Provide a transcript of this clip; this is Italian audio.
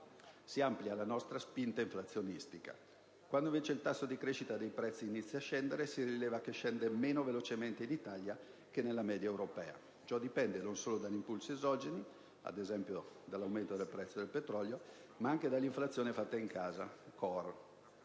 (si amplia la nostra spinta inflazionistica); quando invece il tasso di crescita dei prezzi inizia a scendere si rileva che scende meno velocemente in Italia che nella media europea: ciò dipende non solo dagli impulsi esogeni, ad esempio dall'aumento del prezzo del petrolio, ma anche dall'inflazione fatta in casa,